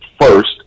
first